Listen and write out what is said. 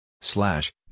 Slash